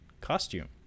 costume